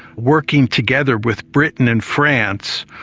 working together with britain and france,